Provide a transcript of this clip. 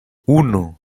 uno